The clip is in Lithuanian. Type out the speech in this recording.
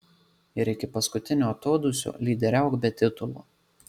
ir iki paskutinio atodūsio lyderiauk be titulo